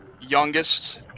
youngest